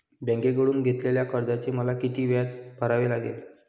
बँकेकडून घेतलेल्या कर्जाचे मला किती व्याज भरावे लागेल?